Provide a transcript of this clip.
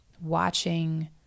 watching